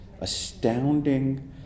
astounding